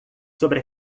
sobre